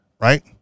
right